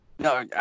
No